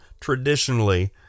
traditionally